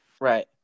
right